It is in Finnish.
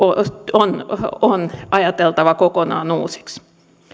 on on ajateltava kokonaan uusiksi